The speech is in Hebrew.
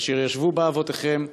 אשר ישבו בה אבותיכם,